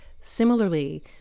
Similarly